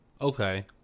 Okay